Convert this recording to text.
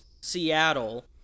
Seattle